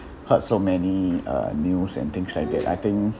heard so many uh news and things like that I think